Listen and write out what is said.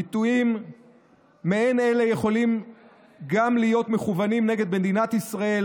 ביטויים מעין אלה יכולים גם להיות מכוונים נגד מדינת ישראל,